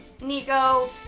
Nico